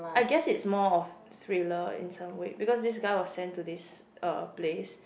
I guess it's more of thriller in some way because this guy was sent to this uh place